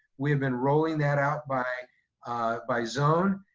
we have been rolling that out by by zone.